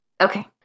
Okay